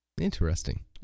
interesting